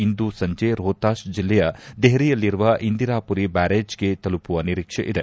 ಇಂದು ಸಂಜೆ ರೋಹ್ತಾಷ್ ಜಿಲ್ಲೆಯ ದೆಹ್ರಿಯಲ್ಲಿರುವ ಇಂದಿರಾಪುರಿ ಬ್ಲಾರೇಜ್ಗೆ ತಲುಪುವ ನಿರೀಕ್ಷೆಯಿದೆ